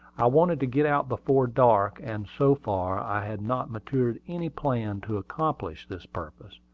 i wanted to get out before dark and so far, i had not matured any plan to accomplish this purpose.